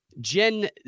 Gen